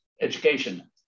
education